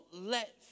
let